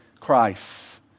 Christ